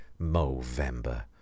Movember